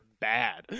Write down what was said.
bad